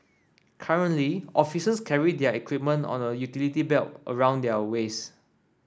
currently officers carry their equipment on a utility belt around their waists